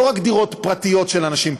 לא רק דירות פרטיות של אנשים פרטיים,